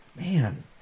Man